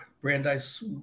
Brandeis